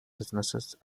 businesses